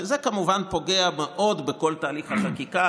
שזה כמובן פוגע מאוד בכל תהליך החקיקה,